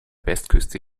westküste